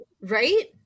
right